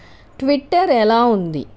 Twitter ఎలా ఉంది